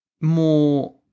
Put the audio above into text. more